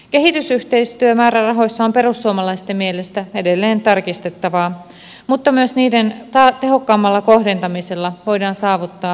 kehitysyhteistyömäärärahoissa on perussuomalaisten mielestä edelleen tarkistettavaa mutta myös niiden tehokkaammalla kohdentamisella voidaan saavuttaa parempia tuloksia